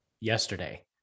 yesterday